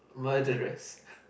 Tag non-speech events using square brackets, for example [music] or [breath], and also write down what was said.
murderers [breath]